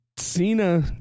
Cena